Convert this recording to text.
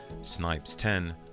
SNIPES10